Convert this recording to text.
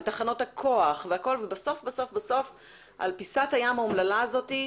תחנות הכוח ובסוף בסוף על פיסת הים האומללה הזאת,